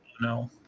No